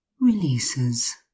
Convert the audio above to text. releases